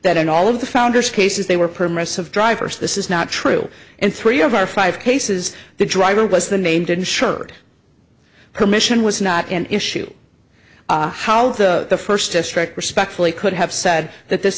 that in all of the founders cases they were permissive drivers this is not true in three of our five cases the driver was the name didn't shirt commission was not an issue how the first district respectfully could have said that this